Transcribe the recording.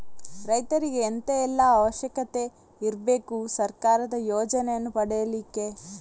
ರೈತರಿಗೆ ಎಂತ ಎಲ್ಲಾ ಅವಶ್ಯಕತೆ ಇರ್ಬೇಕು ಸರ್ಕಾರದ ಯೋಜನೆಯನ್ನು ಪಡೆಲಿಕ್ಕೆ?